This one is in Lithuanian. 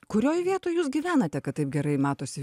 kurioj vietoj jūs gyvenate kad taip gerai matosi